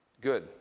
Good